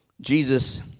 Jesus